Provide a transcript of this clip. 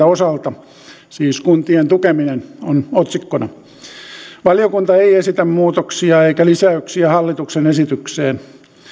osalta siis kuntien tukeminen on otsikkona valiokunta ei esitä muutoksia eikä lisäyksiä hallituksen esitykseen